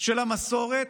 של המסורת,